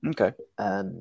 Okay